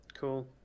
cool